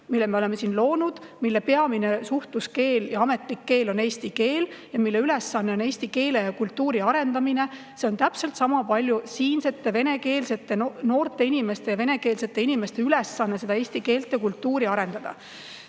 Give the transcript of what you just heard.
mille me oleme siin loonud, mille peamine suhtluskeel ja ametlik keel on eesti keel ja mille ülesanne on eesti keele ja kultuuri arendamine, on täpselt sama palju siinsete venekeelsete noorte ja üldse venekeelsete inimeste [riik. Nendegi] ülesanne on eesti keelt ja kultuuri arendada.